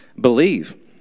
believe